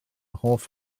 hoff